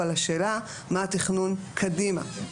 אבל השאלה מה התכנון קדימה?